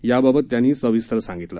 याबाबत त्यांनी सविस्तर सांगितलं